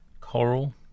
Coral